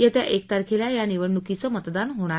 येत्या एक तारखेला या निवडणुकीचं मतदान होणार आहे